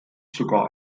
sogar